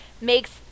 makes